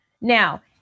Now